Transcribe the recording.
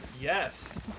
yes